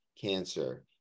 cancer